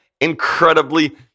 incredibly